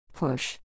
push